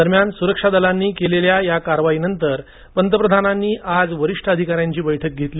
दरम्यान सुरक्षा दलांनी केलेल्या या कारवाईनंतर पंतप्रधानांनी आज वरिष्ठ अधिकाऱ्यांची बैठक घेतली